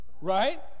Right